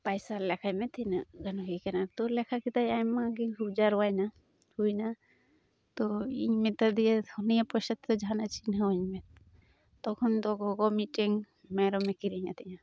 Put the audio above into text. ᱯᱟᱭᱥᱟ ᱞᱮᱠᱷᱟᱭ ᱢᱮ ᱛᱤᱱᱟᱹᱜ ᱜᱟᱱ ᱦᱩᱭᱠᱟᱱᱟ ᱛᱳ ᱞᱮᱠᱷᱟ ᱠᱮᱫᱟᱭ ᱟᱭᱢᱟᱜᱮ ᱦᱩᱭ ᱡᱟᱨᱣᱟᱭᱱᱟ ᱦᱩᱭᱱᱟ ᱛᱳ ᱤᱧ ᱢᱮᱛᱟᱫᱮᱭᱟ ᱱᱚᱣᱟ ᱯᱟᱭᱥᱟᱛᱮ ᱫᱚ ᱡᱟᱦᱟᱱᱟᱜ ᱪᱤᱱᱦᱟᱹᱣᱟᱹᱧ ᱢᱮ ᱛᱚᱠᱷᱚᱱ ᱫᱚ ᱜᱚᱜᱚ ᱢᱤᱫᱴᱮᱱ ᱢᱮᱨᱚᱢᱮ ᱠᱤᱨᱤᱟᱫᱤᱧᱟ